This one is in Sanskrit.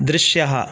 दृश्यः